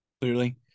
Clearly